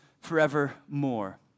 forevermore